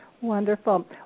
Wonderful